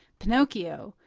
pinocchio,